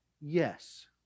Yes